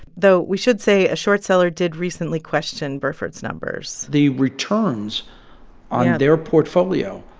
though we should say a short-seller did recently question burford's numbers the returns on. yeah. their portfolio.